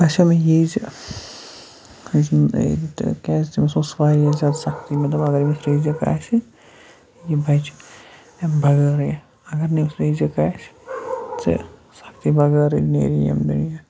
باسیٚو مےٚ یی زِ یُس زَن یہِ تِکیٛازِ تٔمِس اوس واریاہ زیادٕ سختی مےٚ دوٚپ اگر أمِس رِزِق آسہِ یہِ بَچہِ اَمہِ بغٲر یا اگر نہٕ أمِس رِزِق آسہِ تہٕ سختی بغٲرٕے نیرِ یہِ ییٚمہِ دُنیا